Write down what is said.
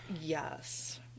Yes